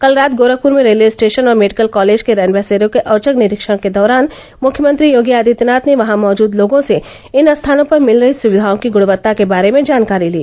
कल रात गोरखपुर में रेलवे स्टेशन और मेडिकल कॉलेज के रैन बसेरों के औचक निरीक्षण के दौरान मुख्यमंत्री योगी आदित्यनाथ ने वहां मौजूद लोगों से इन स्थानों पर मिल रही सुविधाओं की गुणवत्ता के बारे में जानकारी ली